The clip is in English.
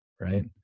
right